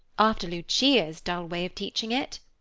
after lucia's dull way of teaching it.